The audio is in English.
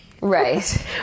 right